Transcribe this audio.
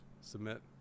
Submit